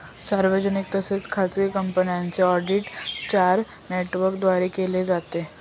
सार्वजनिक तसेच खाजगी कंपन्यांचे ऑडिट चार नेटवर्कद्वारे केले जाते